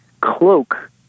cloak